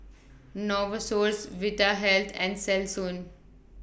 Novosource Vitahealth and Selsun